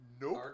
nope